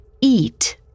Eat